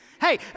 Hey